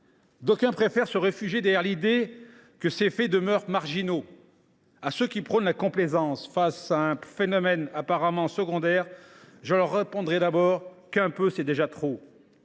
D’aucuns préfèrent se réfugier derrière l’idée selon laquelle ces faits demeurent marginaux. À ceux qui prônent la complaisance face à un phénomène apparemment secondaire, je répondrai d’abord qu’un peu, c’est déjà trop.